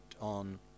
on